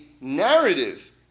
narrative